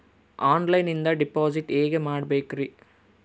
ಆನ್ಲೈನಿಂದ ಡಿಪಾಸಿಟ್ ಹೇಗೆ ಮಾಡಬೇಕ್ರಿ?